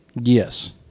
yes